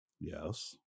Yes